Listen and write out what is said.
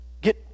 get